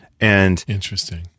Interesting